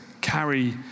carry